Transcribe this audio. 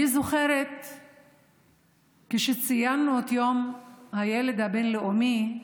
אני זוכרת שציינו את יום הילד הבין-לאומי,